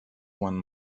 one